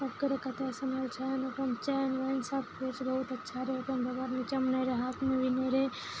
ओकर कतऽ समय छै ओकरा चैन वैन सबकिछु बहुत अच्छा रहै ओकरा बगलमे जमने रहै हाथमे बीन रहै